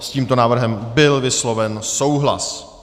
S tímto návrhem byl vysloven souhlas.